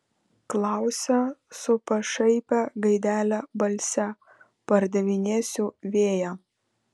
klausia su pašaipia gaidele balse pardavinėsiu vėją